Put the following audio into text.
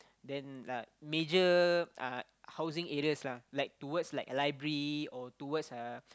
then a major uh housing areas lah like towards like library or towards uh